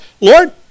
Lord